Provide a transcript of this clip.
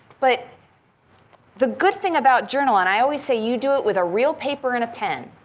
but the good thing about journaling, i always say you do it with a real paper and a pen.